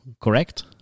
Correct